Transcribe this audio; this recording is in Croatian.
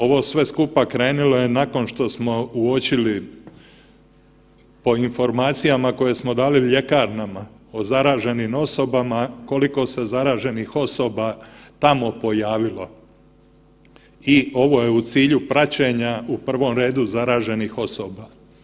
Ovo sve skupa krenulo je nakon što smo uočili po informacijama koje smo dali u ljekarnama o zaraženim osobama, koliko se zaraženih osoba tamo pojavilo i ovo je u cilju praćenja u prvom redu zaraženih osoba.